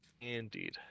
Indeed